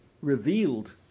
revealed